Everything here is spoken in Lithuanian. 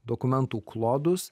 dokumentų klodus